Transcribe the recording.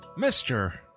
Mr